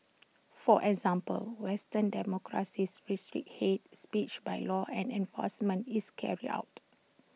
for example western democracies restrict hate speech by law and enforcement is carried out